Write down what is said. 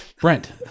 Brent